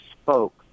spoke